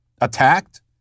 attacked